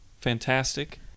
fantastic